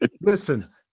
Listen